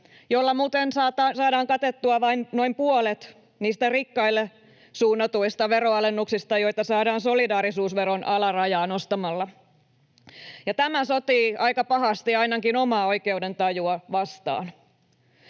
joilla muuten saadaan katettua vain noin puolet niistä rikkaille suunnatuista veronalennuksista, joita saadaan solidaarisuusveron alarajaa nostamalla. Tämä sotii aika pahasti ainakin omaa oikeudentajuani vastaan.